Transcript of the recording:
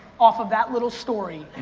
off of that little story,